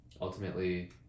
ultimately